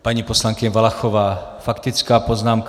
Paní poslankyně Valachová, faktická poznámka.